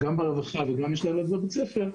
ברווחה וגם יש לה ילד בבית הספר,